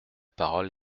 parole